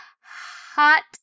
hot